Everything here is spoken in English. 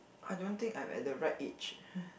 I don't think I'm at the right age